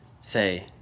Say